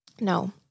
No